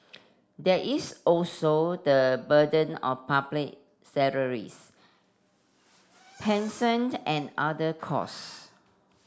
there is also the burden of public salaries pensioned and other cost